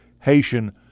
Haitian